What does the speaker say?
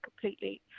completely